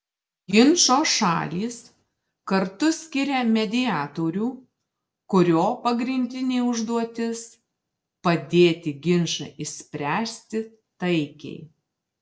ginčo šalys kartu skiria mediatorių kurio pagrindinė užduotis padėti ginčą išspręsti taikiai